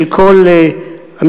של כל המפלגות.